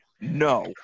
no